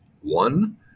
One